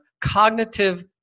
cognitive